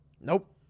Nope